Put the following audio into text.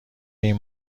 این